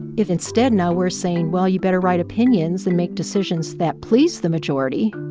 if instead, now we're saying, well, you better write opinions and make decisions that please the majority,